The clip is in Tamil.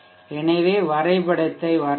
எனவே வரைபடத்தை வரைவோம்